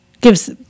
gives